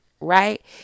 right